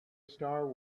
star